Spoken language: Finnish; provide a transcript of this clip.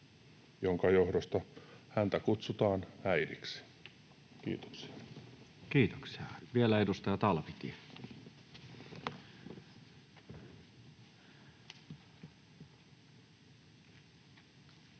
minkä johdosta häntä kutsutaan äidiksi? — Kiitoksia. Kiitoksia. — Vielä edustaja Talvitie. Arvoisa